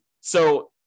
so-